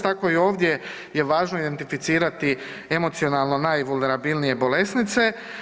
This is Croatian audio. Tako i ovdje je važno identificirati emocionalno najvunerabilnije bolesnice.